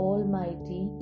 Almighty